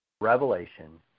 revelation